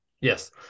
yes